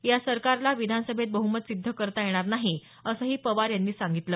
या सरकारला विधानसभेत बहुमत सिद्ध करता येणार नाही असंही पवार यांनी सांगितलं